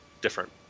different